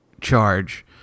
charge